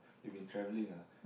you been travelling ah